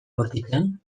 bortitzean